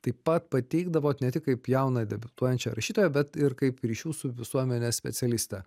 taip pat pateikdavot ne tik kaip jauną debiutuojančią rašytoją bet ir kaip ryšių su visuomene specialistę